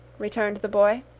returned the boy.